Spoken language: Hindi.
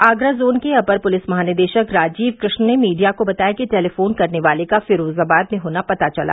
आगरा जोन के अपर पुलिस महानिदेशक राजीव कृष्ण ने मीडिया को बताया कि टेलीफोन करने वाले का फिरोजाबाद में होना पता चला